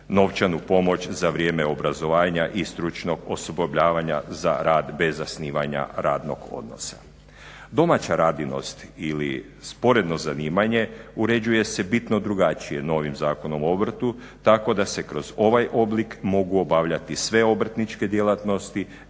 novčanu pomoć za vrijeme obrazovanja i stručnog osposobljavanja za rad bez zasnivanja radnog odnosa. Domaća radinost ili sporedno zanimanje uređuje se bitno drugačije novim Zakonom o obrtu tako da se kroz ovaj oblik mogu obavljati sve obrtničke djelatnosti